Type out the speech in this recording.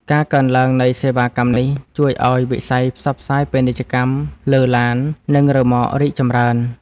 ការកើនឡើងនៃសេវាកម្មនេះ ជួយឱ្យវិស័យផ្សព្វផ្សាយពាណិជ្ជកម្មលើឡាន និងរ៉ឺម៉ករីកចម្រើន។